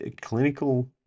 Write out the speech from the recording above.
clinical